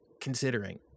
considering